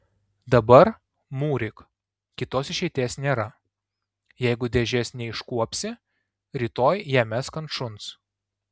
dabar mūryk kitos išeities nėra jeigu dėžės neiškuopsi rytoj ją mesk ant šuns